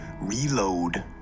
Reload